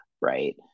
right